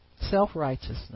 self-righteousness